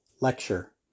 lecture